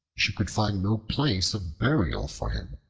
she could find no place of burial for him.